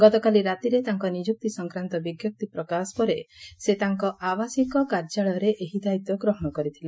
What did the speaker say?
ଗତକାଲି ରାତିରେ ତାଙ୍କ ନିଯୁକ୍ତି ସଂକ୍ରାନ୍ତ ବି ସେ ତାଙ୍କ ଆବାସିକ କାର୍ଯ୍ୟାଳୟରେ ଏହି ଦାୟିତ୍ୱ ଗ୍ରହଣ କରିଥିଲେ